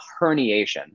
herniation